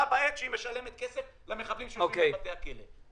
במקביל לכך שהרשות משלמת כסף למחבלים שיושבים בבתי הכלא.